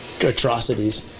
atrocities